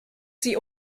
sie